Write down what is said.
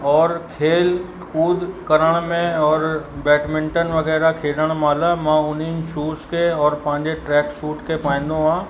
और खेल कूद करण में और बेडमिंटन वगै़रह खेलण महिल मां उन शूज़ खे और पंहिंजे ट्रेक्स सूट खे पाईंदो आहियां